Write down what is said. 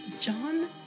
John